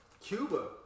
Cuba